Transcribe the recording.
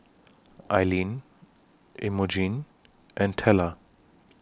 Ilene Emogene and Tella